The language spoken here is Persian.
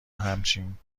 همچنین